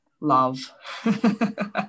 love